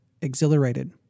exhilarated